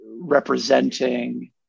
representing